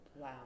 Wow